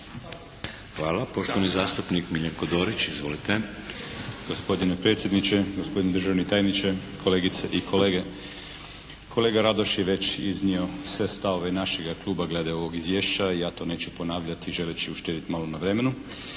Hvala. Poštovani zastupnik Miljenko Dorić. Izvolite. **Dorić, Miljenko (HNS)** Gospodine predsjedniče, gospodine državni tajniče, kolegice i kolege. Kolega Radoš je već iznio sve stavove našega Kluba glede ovog izvješća i ja to neću ponavljati želeći uštedjeti malo na vremenu